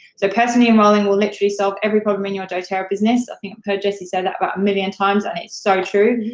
so personally enrolling will literally solve every problem in your doterra business. i've you know heard jessie say that about a million times, and it's so true.